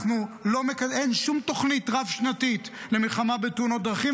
אין שום תוכנית רב-שנתית למלחמה בתאונות דרכים,